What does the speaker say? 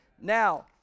Now